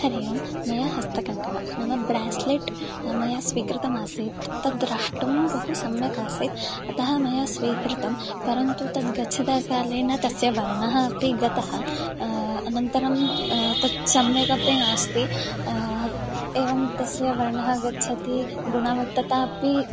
हरि ओं मया हस्तकंकणं नाम ब्रास्लेट् मया स्वीकृतमासीत् तद् द्रष्टुं बहु सम्यक् आसीत् अतः मया स्वीकृतं परन्तु तद् गच्छता कालेन तस्य वर्णः अपि गतः अनन्तरं तत् सम्यगपि नास्ति एवं तस्य वर्णः गच्छति गुणवत्ततापि